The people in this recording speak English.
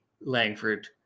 Langford